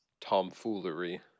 tomfoolery